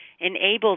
enables